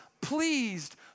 pleased